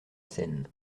scène